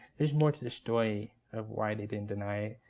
there's more to the story of why they didn't deny it.